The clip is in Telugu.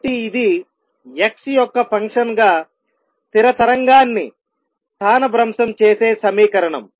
కాబట్టి ఇది x యొక్క ఫంక్షన్ గా స్థిర తరంగాన్ని స్థానభ్రంశం చేసే సమీకరణం